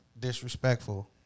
disrespectful